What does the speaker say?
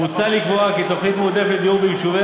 מוצע לקבוע כי תוכנית מועדפת לדיור ביישובי